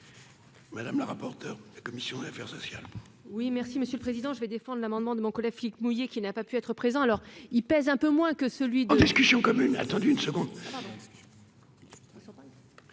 Madame la rapporteure de la commission affaires sociales. Oui, merci Monsieur le Président, je vais défendre l'amendement de mon collègue Philippe mouiller qui n'a pas pu être présent, alors il pèse un peu moins que celui de. Question une attendu une seconde.